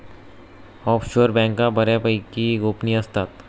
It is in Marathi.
ऑफशोअर बँका बऱ्यापैकी गोपनीय असतात